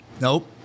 nope